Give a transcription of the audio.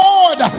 Lord